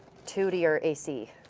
to to your ac.